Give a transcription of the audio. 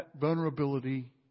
vulnerability